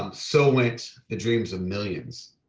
so went the dreams of millions.